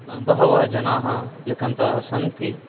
बहवः जनाः लिखन्तः सन्ति